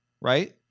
right